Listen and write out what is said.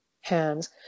hands